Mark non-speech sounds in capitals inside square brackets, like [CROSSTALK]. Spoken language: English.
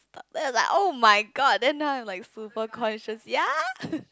then I was like oh-my-god then now I'm like super cautious ya [LAUGHS]